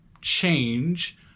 change